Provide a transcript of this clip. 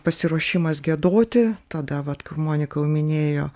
pasiruošimas giedoti tada vat kur monika jau minėjo